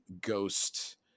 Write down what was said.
ghost